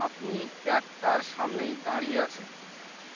আপনি একটার সামনেই দাঁড়িয়ে আছেন